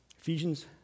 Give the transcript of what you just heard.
Ephesians